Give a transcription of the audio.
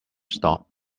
stopped